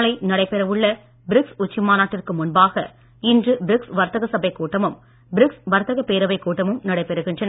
நாளை நடைபெற உள்ள பிரிக்ஸ் உச்சி மாநாட்டிற்கு முன்பாக இன்று பிரிக்ஸ் வர்த்தக சபைக் கூட்டமும் பிரிக்ஸ் வர்த்தகப் பேரவைக் கூட்டமும் நடைபெறுகின்றன